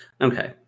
okay